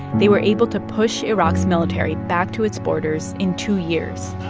they were able to push iraq's military back to its borders in two years